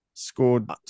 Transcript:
Scored